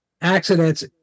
accidents